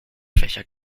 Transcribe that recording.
fächer